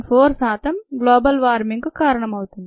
4 శాతం global warming కు కారణమవుతుంది